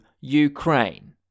Ukraine